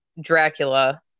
dracula